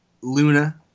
Luna